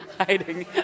hiding